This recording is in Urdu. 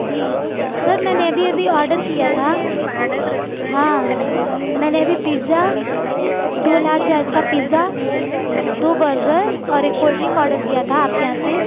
جی سر میں نے ابھی ابھی آڈر کیا تھا ہاں میں نے ابھی پزا دو لارج سائز کا پزا دو برگر اور ایک کولڈ ڈرنک آڈر کیا تھا آپ کے یہاں سے